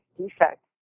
defect